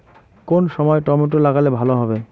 কোন সময় টমেটো লাগালে ভালো হবে?